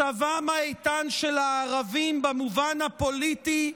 מצבם האיתן של הערבים במובן הפוליטי,